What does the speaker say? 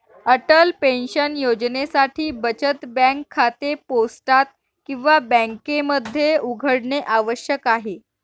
Atal pension योजनेसाठी बचत bank खाते पोस्टात किंवा बँकेमध्ये उघडणे आवश्यक आहे